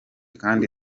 kandi